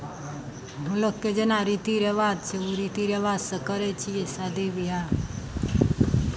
हम लोगके जेना रीति रिवाज छै ओ रीति रिवाजसँ करै छियै शादी ब्याह